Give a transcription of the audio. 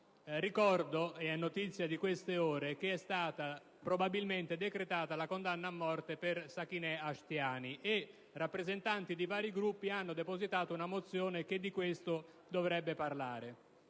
ricordo - è notizia di queste ore - che è stata probabilmente decretata la condanna a morte di Sakineh Ashtiani e che i rappresentanti di vari Gruppi hanno depositato una mozione al riguardo. Due settimane